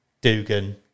Dugan